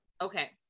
Okay